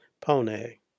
pone